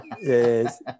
yes